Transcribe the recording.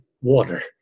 water